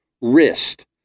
wrist